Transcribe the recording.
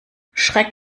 schreck